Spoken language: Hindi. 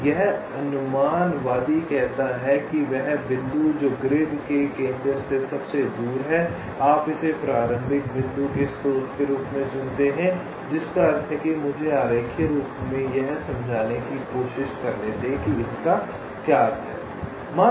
तो यह अनुमानवादी कहता है कि वह बिंदु जो ग्रिड के केंद्र से सबसे दूर है आप इसे प्रारंभिक बिंदु के स्रोत के रूप में चुनते हैं जिसका अर्थ है कि मुझे आरेखीय रूप से यह समझाने की कोशिश करें कि इसका क्या अर्थ है